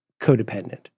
codependent